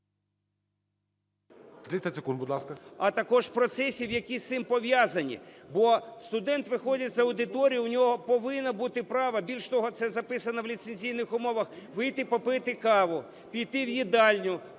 …а також процесів, які з цим пов'язані. Бо студент виходить з аудиторії - у нього повинно бути право, більше того, це записано в ліцензійних умовах, вийти попити каву, піти в їдальню